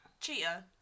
Cheetah